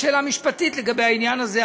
יש שאלה משפטית לגבי העניין הזה,